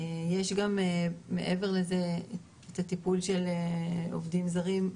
יש גם מעבר לזה את הטיפול של עובדים זרים,